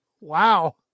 Wow